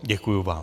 Děkuji vám.